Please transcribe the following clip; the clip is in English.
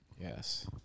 Yes